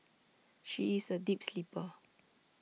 she is A deep sleeper